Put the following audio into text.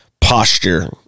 posture